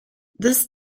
this